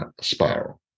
spiral